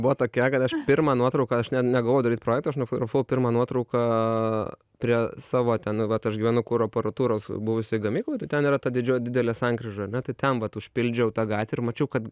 buvo tokia kad aš pirmą nuotrauką aš ne negalvojau daryt projekto aš nufotografavau pirmą nuotrauką prie savo ten vat aš gyvenu kuro aparatūros buvusioj gamykloj ten yra ta didelė sankryža ar ne tai ten vat užpildžiau tą gatvę ir mačiau kad